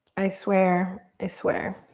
i swear, i swear.